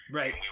Right